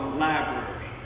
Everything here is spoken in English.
library